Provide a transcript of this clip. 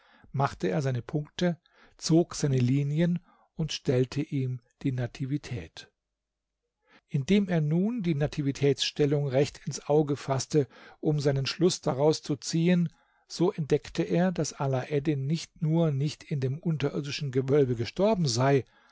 machte er seine punkte zog seine linien und stellte ihm die nativität indem er nun die nativitätsstellung recht ins auge faßte um seinen schluß daraus zu ziehen so entdeckte er daß alaeddin nicht nur nicht in dem unterirdischen gewölbe gestorben sei